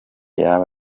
yaba